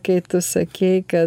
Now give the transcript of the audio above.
kai tu sakei kad